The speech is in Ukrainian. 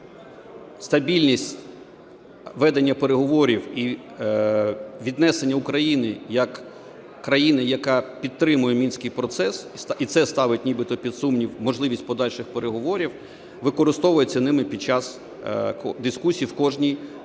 сумнів стабільність ведення переговорів і віднесення України як країни, яка підтримує Мінський процес, і це ставить нібито під сумнів можливість подальших переговорів, використовується ними під час дискусії в кожній робочій